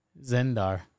Zendar